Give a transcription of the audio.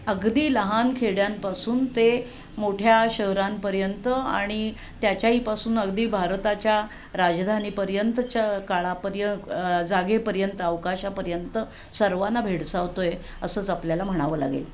अगदी लहान खेड्यांपासून ते मोठ्या शहरांपर्यंत आणि त्याच्याहीपासून अगदी भारताच्या राजधानीपर्यंतच्या काळापर्यंत जागेपर्यंत अवकाशापर्यंत सर्वांना भेडसावतो आहे असंच आपल्याला म्हणावं लागेल